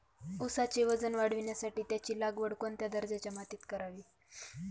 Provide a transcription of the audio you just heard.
ऊसाचे वजन वाढवण्यासाठी त्याची लागवड कोणत्या दर्जाच्या मातीत करावी?